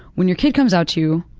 when your kid comes out to you,